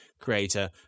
creator